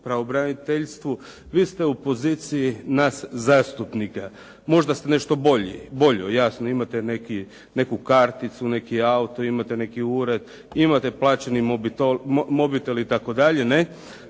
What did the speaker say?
pravobraniteljstvu, vi ste u poziciji nas zastupnika, možda nešto bolji, jasno imate neku karticu, neki auto, imate neki ured, imate plaćeni mobitel itd. Znači nešto